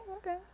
okay